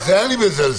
בזה אני מזלזל?